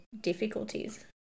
difficulties